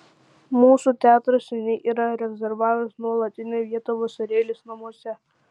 mūsų teatras seniai yra rezervavęs nuolatinę vietą vasarėlės namuose